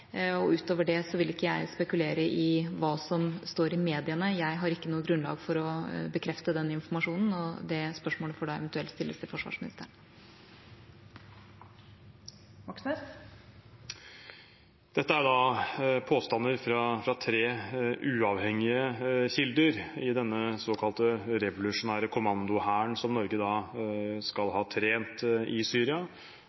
dette. Utover det vil ikke jeg spekulere i hva som står i mediene. Jeg har ikke noe grunnlag for å bekrefte den informasjonen, og det spørsmålet får da eventuelt stilles til forsvarsministeren. Dette er påstander fra tre uavhengige kilder i denne såkalte revolusjonære kommandohæren som Norge skal